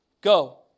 Go